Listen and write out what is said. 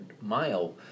mile